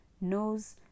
knows